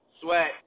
sweat